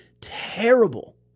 terrible